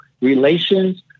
Relations